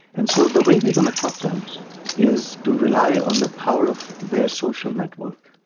and so the way we are going to help them is to rely on the power of their social network,